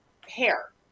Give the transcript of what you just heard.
hair